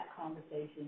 conversation